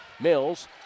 Mills